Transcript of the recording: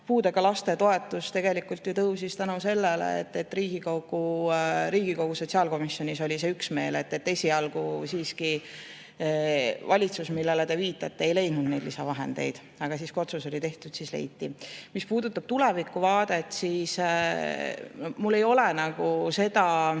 puudega laste toetus tegelikult ju tõusis tänu sellele, et Riigikogu sotsiaalkomisjonis oli selles osas üksmeel. Esialgu siiski valitsus, millele te viitasite, ei leidnud neid lisavahendeid, aga kui otsus oli tehtud, siis leiti. Mis puudutab tulevikuvaadet, siis mul ei ole